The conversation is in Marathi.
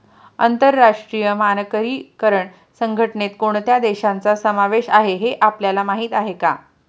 आंतरराष्ट्रीय मानकीकरण संघटनेत कोणत्या देशांचा समावेश आहे हे आपल्याला माहीत आहे का?